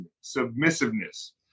submissiveness